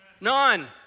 None